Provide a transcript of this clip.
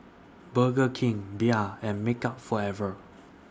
Burger King Bia and Makeup Forever